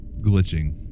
glitching